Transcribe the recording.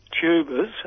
tubers